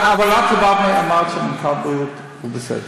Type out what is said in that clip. אבל את יודעת, אמרת שמנכ"ל משרד הבריאות הוא בסדר.